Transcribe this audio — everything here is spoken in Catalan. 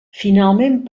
finalment